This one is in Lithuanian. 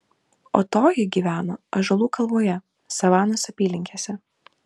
o toji gyvena ąžuolų kalvoje savanos apylinkėse